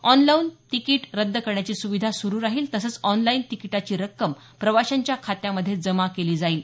online ticket रद्द करण्याची सुविधा सुरु राहील तसंच ऑनलाईन तिकीटाची रक्कम प्रवाशांच्या खात्यामध्ये जमा केली जाईल